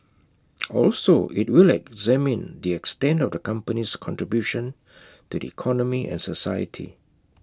also IT will examine the extent of the company's contribution to the economy and society